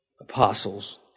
apostles